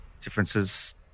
Differences